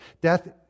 Death